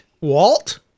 Walt